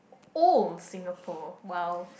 old Singapore !wow!